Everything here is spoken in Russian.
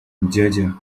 дядя